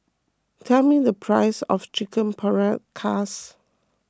tell me the price of Chicken Paprikas